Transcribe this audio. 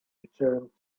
returned